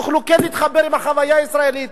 שכן יוכלו להתחבר עם החוויה הישראלית?